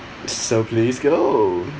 so please go